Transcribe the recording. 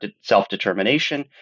self-determination